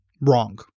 wrong